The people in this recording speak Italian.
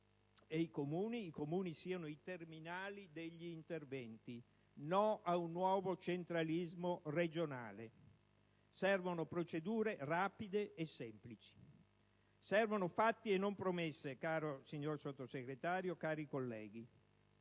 danneggiate. I Comuni siano i terminali degli interventi: no ad un nuovo centralismo regionale. Servono procedure rapide e semplici; servono fatti e non promesse, caro signor Sottosegretario, cari colleghi.